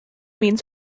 means